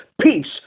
peace